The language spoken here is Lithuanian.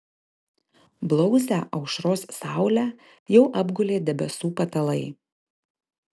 blausią aušros saulę jau apgulė debesų patalai